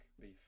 beef